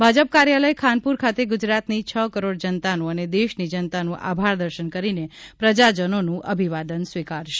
ભાજપ કાર્યાલય ખાનપુર ખાતે ગુજરાતની છ કરોડ જનતાનું અને દેશની જનતાનું આભારદર્શન કરીને પ્રજાજનોનું અભિવાદન સ્વીકારશે